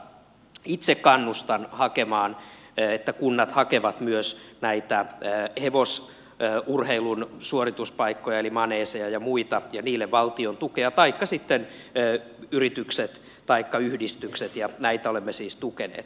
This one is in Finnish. mutta itse kannustan että kunnat hakevat myös näitä hevosurheilun suorituspaikkoja eli maneeseja ja muita ja niille valtion tukea taikka sitten yritykset taikka yhdistykset ja näitä olemme siis tukeneet